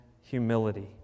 humility